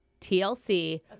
TLC